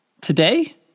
Today